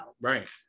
right